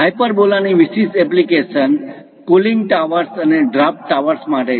hyperbola ની વિશેષ application cooling towers અને ડ્રાફ્ટ ટાવર્સ માટે છે